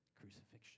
Crucifixion